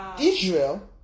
Israel